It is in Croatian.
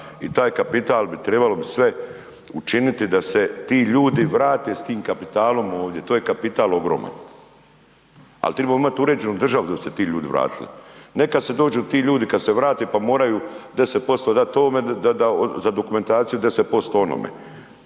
i taj kapital bi trebalo bi sve učiniti da se ti ljudi vrate s tim kapitalom ovdje, to je kapital ogroman. Ali, trebamo imati uređenu državu da bi se ti ljudi vratili. Neka se dođu ti ljudi, kad se vrate pa moraju 10% dati ovome da za dokumentaciju, 10% onome.